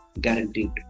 Guaranteed